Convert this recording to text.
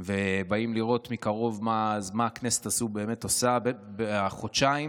באים לראות מקרוב מה הכנסת באמת עושה בחודשיים